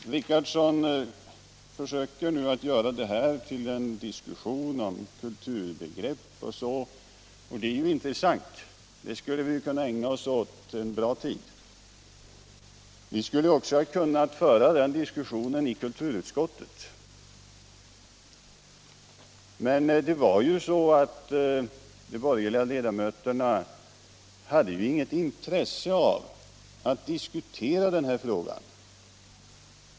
Nu försöker herr Richardson göra det här till en diskussion om kulturbegrepp, och det är ju intressant. Det skulle vi kunna ägna oss åt en bra stund. Vi skulle också ha kunnat föra den diskussionen i kulturutskottet. Men det var ju så att de borgerliga ledamöterna inte hade något intresse av att diskutera denna fråga.